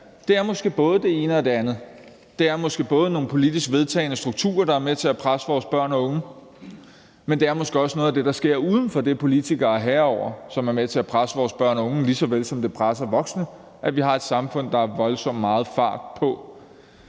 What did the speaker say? at det måske er både det ene og det andet. Det er måske både nogle politisk vedtagne strukturer, der er med til at presse vores børn og unge, men det er måske også noget af det, der sker uden for det, politikere er herrer over, som er med til at presse vores børn og unge, lige såvel som det presser voksne, at vi har et samfund, der har voldsomt meget fart på.